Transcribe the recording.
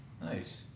Nice